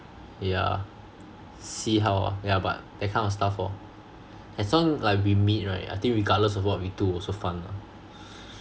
yeah see how ah yeah but that kind of stuff lor as long like we meet right I think regardless of what we do also fun lah